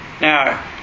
Now